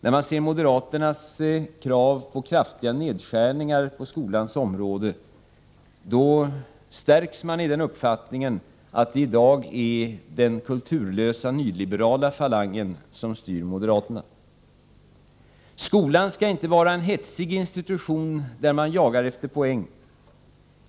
När man ser moderaternas krav på kraftiga nedskärningar på skolans område, stärks man i uppfattningen att det i dag är den kulturlösa nyliberala falangen som styr moderaterna. Skolan skall inte vara en hetsig institution där man jagar efter poäng.